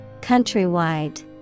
Countrywide